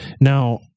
Now